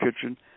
Kitchen